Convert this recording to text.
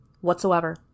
whatsoever